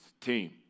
team